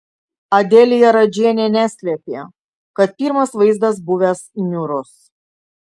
adelija radžienė neslėpė kad pirmas vaizdas buvęs niūrus